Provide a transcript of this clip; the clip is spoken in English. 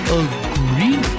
agree